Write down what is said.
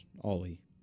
Ollie